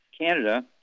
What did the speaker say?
Canada